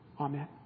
Amen